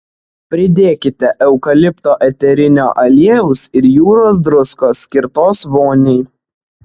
pridėkite eukalipto eterinio aliejaus ir jūros druskos skirtos voniai